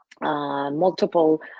multiple